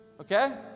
Okay